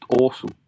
awesome